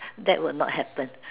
that will not happen